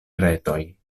retoj